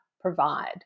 provide